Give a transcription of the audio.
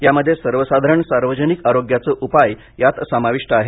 यामध्ये सर्वसाधारण सार्वजनिक आरोग्याचे उपाय समाविष्ट आहेत